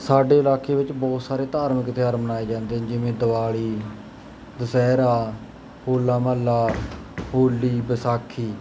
ਸਾਡੇ ਇਲਾਕੇ ਵਿੱਚ ਬਹੁਤ ਸਾਰੇ ਧਾਰਮਿਕ ਤਿਉਹਾਰ ਮਨਾਏ ਜਾਂਦੇ ਜਿਵੇਂ ਦਿਵਾਲੀ ਦੁਸਹਿਰਾ ਹੋਲਾ ਮਹੱਲਾ ਹੋਲੀ ਵਿਸਾਖੀ